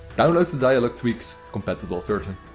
download the dialogue tweaks compatible version.